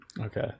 Okay